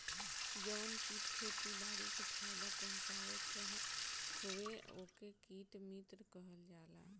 जवन कीट खेती बारी के फायदा पहुँचावत हवे ओके कीट मित्र कहल जाला